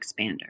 expander